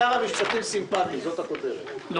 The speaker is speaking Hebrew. כלומר שר המשפטים סימפטי, זאת הכותרת.